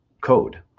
code